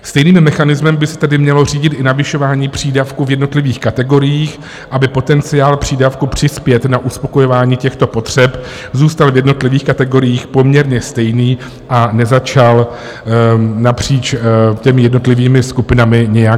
Stejným mechanismem by se tedy mělo řídit i navyšování přídavku v jednotlivých kategoriích, aby potenciál přídavku přispět na uspokojování těchto potřeb zůstal v jednotlivých kategoriích poměrně stejný a nezačal napříč jednotlivými skupinami nějak divergovat.